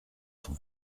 son